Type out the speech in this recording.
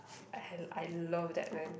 I h~ I love that man